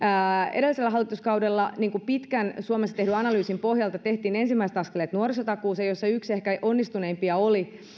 edellisellä hallituskaudella pitkän suomessa tehdyn analyysin pohjalta tehtiin ensimmäiset askeleet nuorisotakuuseen jossa yksi ehkä onnistuneimpia asioita oli